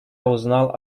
узнал